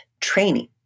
training